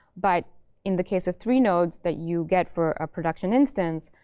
but in the case of three nodes that you get for a production instance,